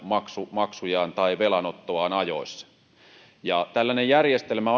maksujaan tai velanottoaan ajoissa tällainen järjestelmä